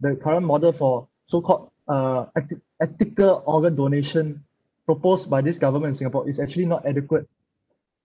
the current model for so called uh ethi~ ethical organ donation proposed by this government in singapore is actually not adequate